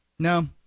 No